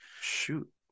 shoot